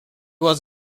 was